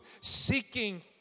seeking